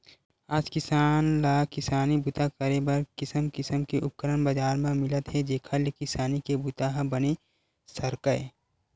आज किसान ल किसानी बूता करे बर किसम किसम के उपकरन बजार म मिलत हे जेखर ले किसानी के बूता ह बने सरकय